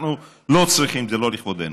אנחנו לא צריכים, זה לא לכבודנו.